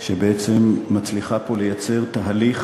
שבעצם מצליחה פה לייצר תהליך